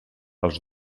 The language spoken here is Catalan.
els